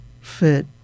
fit